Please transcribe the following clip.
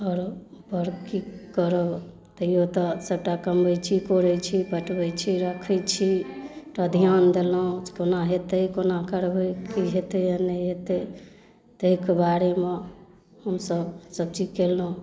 आओरो आओर की करब तैयो तऽ सबटा कमबै छी कोरै छी पटबै छी रखे छी सबटा ध्यान देलहुँ कोना हेतै कोना करबै की हेतै आओर नहि हेतै तैके बारेमे हमसब सब चीज केलहुँ